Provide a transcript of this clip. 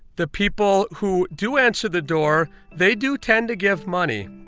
the people who do answer the door, they do tend to give money,